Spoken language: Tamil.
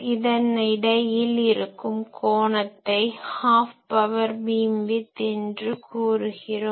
இதன் இடையில் இருக்கும் கோணத்தை ஹாஃப் பவர் பீம்விட்த் என்று கூறுகிறோம்